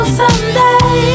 someday